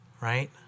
right